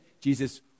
Jesus